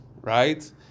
right